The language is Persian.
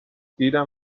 دیدم